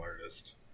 artist